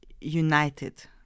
united